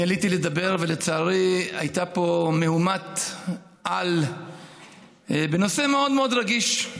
אני עליתי לדבר ולצערי הייתה פה מהומת-על בנושא מאוד מאוד רגיש,